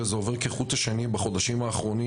וזה עובר כחוט השני בחודשים האחרונים